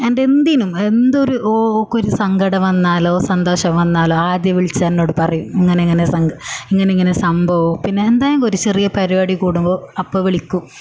എൻ്റെ എന്തിനും എന്തൊരു ഓൾക്ക് ഒരു സങ്കടം വന്നാലോ സന്തോഷം വന്നാലോ ആദ്യം വിളിച്ച് എന്നോട് പറയും ഇങ്ങനെ ഇങ്ങനെ സ ഇങ്ങനെ ഇങ്ങനെ സംഭവം പിന്നെ എന്തേങ്കിലും ഒരു ചെറിയ പരിപാടി കൂടുമ്പോൾ അപ്പോൾ വിളിക്കും